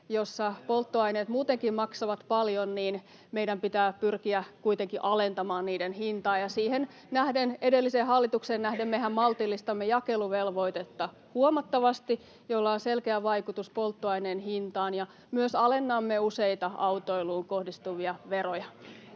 jossa polttoaineet muutenkin maksavat paljon, meidän pitää pyrkiä kuitenkin alentamaan niiden hintaa. Edelliseen hallitukseen nähden mehän maltillistamme jakeluvelvoitetta huomattavasti, millä on selkeä vaikutus polttoaineen hintaan, ja myös alennamme useita autoiluun kohdistuvia veroja.